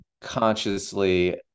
consciously